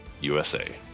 usa